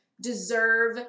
deserve